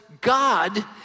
God